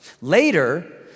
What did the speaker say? Later